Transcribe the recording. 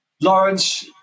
Lawrence